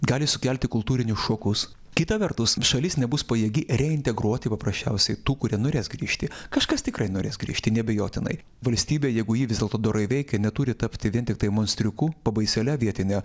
gali sukelti kultūrinius šokus kita vertus šalis nebus pajėgi reintegruoti paprasčiausiai tų kurie norės grįžti kažkas tikrai norės grįžti neabejotinai valstybė jeigu ji vis dėlto dorai veikia neturi tapti vien tiktai monstriuku pabaisėle vietine